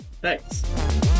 Thanks